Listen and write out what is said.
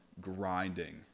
grinding